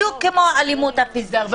והרבה